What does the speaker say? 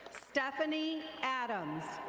stephanie adams.